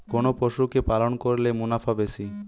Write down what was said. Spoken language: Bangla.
কোন পশু কে পালন করলে মুনাফা বেশি?